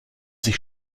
sich